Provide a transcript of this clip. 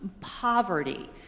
poverty